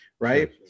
right